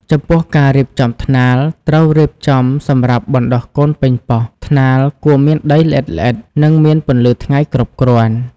ចំពោះការរៀបចំថ្នាល ត្រូវរៀបចំសម្រាប់បណ្ដុះកូនប៉េងប៉ោះ ថ្នាលគួរមានដីល្អិតៗ និងមានពន្លឺថ្ងៃគ្រប់គ្រាន់។